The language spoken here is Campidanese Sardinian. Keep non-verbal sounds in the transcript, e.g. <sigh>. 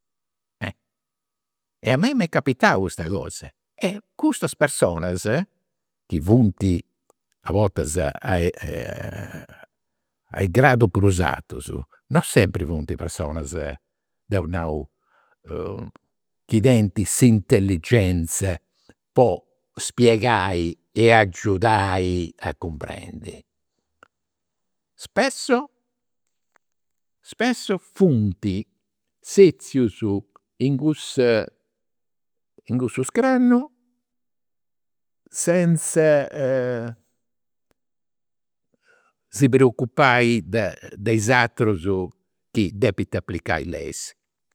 E a mei m'est capitau custa cosa. E custas personas chi funt, a bortas, <hesitation> a is gradus prus artus, non sempri funt personas, deu nau, chi tenint s'intelligenza po spiegai e agiudai a cumprendi. Spesso, spesso funt <unintelligible> in cussa, in cussu scranno senza <hesitation> si preocupai de de is aterus chi depint aplicai i' leis